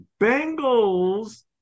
Bengals